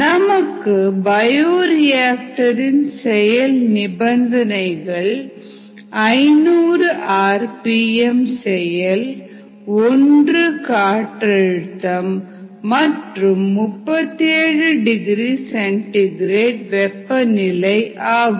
நமக்கு பயோரியாக்டர்இன் செயல் நிபந்தனைகள் 500 ஆர் பி எம் செயல் 1 காற்றழுத்தம் மற்றும் 37 டிகிரி சென்டிகிரேடு வெப்பநிலை ஆகும்